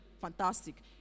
fantastic